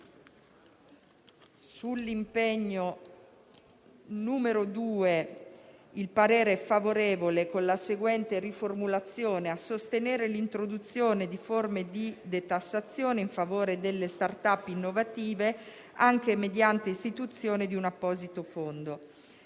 Sull'impegno n. 2 il parere è favorevole con la seguente riformulazione: «a sostenere l'introduzione di forme di detassazione in favore delle *start up* innovative, anche mediante istituzione di un apposito fondo».